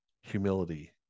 humility